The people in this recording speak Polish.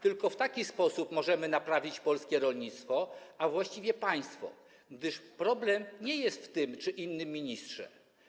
Tylko w taki sposób możemy naprawić polskie rolnictwo, a właściwie państwo, gdyż problem nie dotyczy tego czy innego ministra.